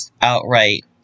outright